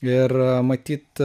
ir matyt